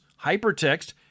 hypertext